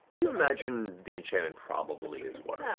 you imagine the enchantment probably is